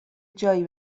جایی